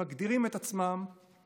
הם מגדירים את עצמם כחומלים,